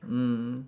mm